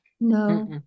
No